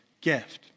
gift